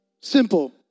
Simple